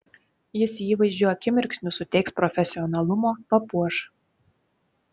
jis įvaizdžiui akimirksniu suteiks profesionalumo papuoš